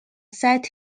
set